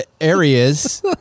areas